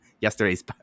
yesterday's